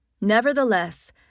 Nevertheless